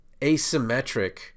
asymmetric